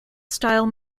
style